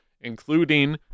including